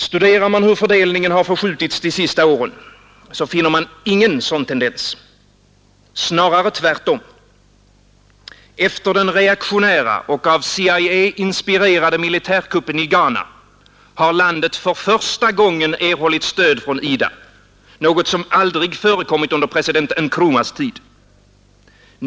Studerar man hur fördelningen har förskjutits de senaste åren, finner man ingen sådan tendens; snarare tvärtom. Efter den reaktionära och av CIA inspirerade militärkuppen i Ghana har landet för första gången erhållit stöd från IDA, något som aldrig förekommit under president Nkrumahs tid.